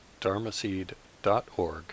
dharmaseed.org